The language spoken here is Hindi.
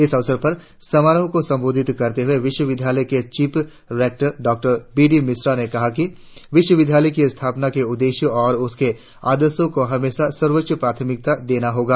इस अवसर पर समारोह को संबोधित करते हुए विश्वविद्यालय की चीफ रेक्टर डॉ बी डी मिश्रा ने कहा कि विश्वविद्यालय की स्थापना के उद्देश्य और उसके आदर्शों को हमाशा सर्वोच्च प्राथमिकता देना होगा